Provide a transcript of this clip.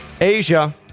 Asia